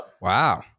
Wow